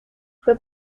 fue